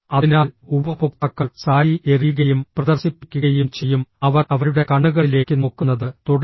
അതിനാൽ ഉപഭോക്താക്കൾ സാരി എറിയുകയും പ്രദർശിപ്പിക്കുകയും ചെയ്യും അവർ അവരുടെ കണ്ണുകളിലേക്ക് നോക്കുന്നത് തുടരും